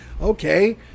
Okay